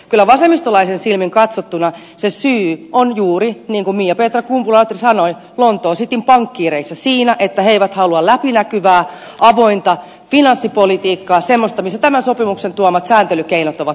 kyllä vasemmistolaisen silmin katsottuna se syy on juuri niin kuin miapetra kumpula natri sanoi lontoon cityn pankkiireissa siinä että he eivät halua läpinäkyvää avointa finanssipolitiikkaa semmoista missä tämän sopimuksen tuomat sääntelykeinot ovat mukana